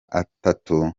atatu